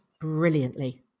brilliantly